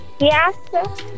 Yes